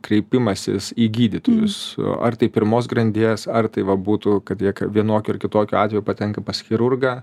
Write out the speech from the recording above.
kreipimasis į gydytojus ar tai pirmos grandies ar tai va būtų kad jie vienokiu ar kitokiu atveju patenka pas chirurgą